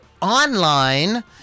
Online